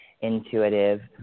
intuitive